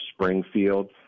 Springfield